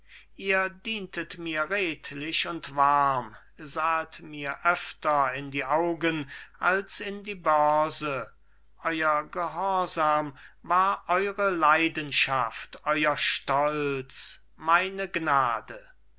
ihr dientet mir redlich und warm sahet mir öfter in die augen als ich die börse euer gehorsam war eure leidenschaft euer stolz meine gnade